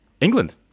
England